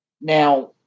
Now